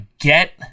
get